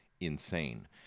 insane